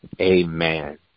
amen